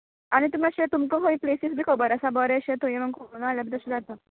आनी तुमी अशे तुमका प्लेसीस बी खबर आस बरेशे थंय व्हरून सुद्दां हाडल्यार जाता